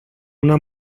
una